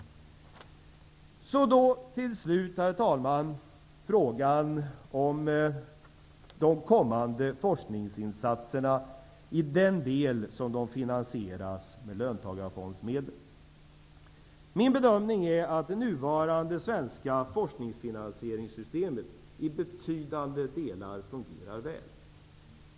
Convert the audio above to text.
Jag vill slutligen ta upp de kommande forskningsinsatserna i den del de finansieras med löntagarfondsmedel. Min bedömning är att det nuvarande svenska forskningsfinansieringssystemet i betydande delar fungerar väl.